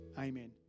Amen